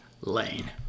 lane